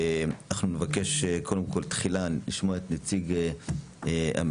אנחנו נבקש תחילה לשמוע את נציג הממ"מ